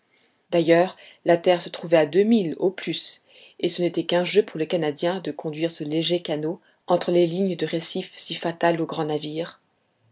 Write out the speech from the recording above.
d'ailleurs la terre se trouvait à deux milles au plus et ce n'était qu'un jeu pour le canadien de conduire ce léger canot entre les lignes de récifs si fatales aux grands navires